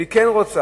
והיא כן רוצה,